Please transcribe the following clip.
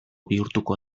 bihurtuko